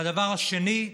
והדבר השני,